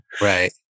Right